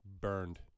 burned